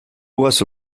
was